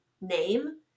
name